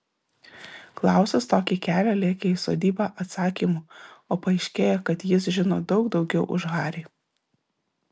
klausas tokį kelią lėkė į sodybą atsakymų o paaiškėja kad jis žino daug daugiau už harį